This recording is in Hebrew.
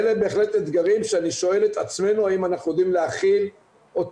אלה הם בהחלט אתגרים שאני שואל את עצמנו האם אנחנו יודעים להכיל אותם?